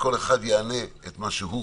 וכל אחד יענה מה שהוא רוצה.